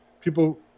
people